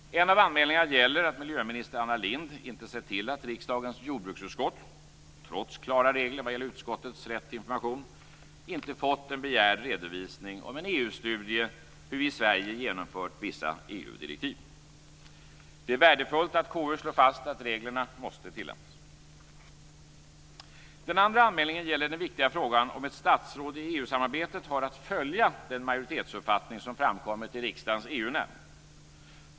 En av anmälningarna gäller att miljöminister Anna Lindh inte sett till att riksdagens jordbruksutskott, trots klara regler vad gäller utskottens rätt till information, inte fått en begärd redovisning av en EU-studie om hur Sverige har genomfört vissa EU-direktiv. Det är värdefullt att KU slår fast att reglerna måste tillämpas. Den andra anmälningen gäller den viktiga frågan om ett statsråd i EU-samarbetet har att följa den majoritetsuppfattning som framkommit i riksdagens EU nämnd.